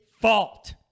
fault